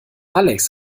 alex